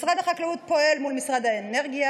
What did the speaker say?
משרד החקלאות פועל מול משרד האנרגיה,